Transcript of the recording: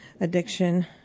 addiction